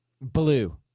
blue